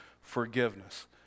forgiveness